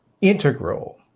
integral